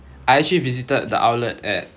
I actually visited the outlet at